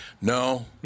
No